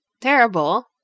terrible